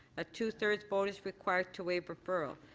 a two-thirds vote is required to waive referral.